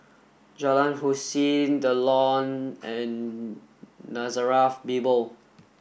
Jalan Hussein The Lawn and Nazareth Bible